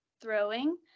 throwing